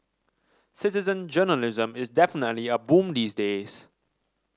citizen journalism is definitely a boom these days